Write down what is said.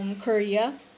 Korea